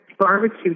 barbecue